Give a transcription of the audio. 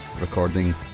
recording